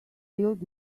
filled